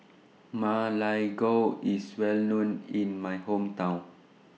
Ma Lai Gao IS Well known in My Hometown